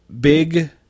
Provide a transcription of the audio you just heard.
big